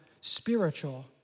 spiritual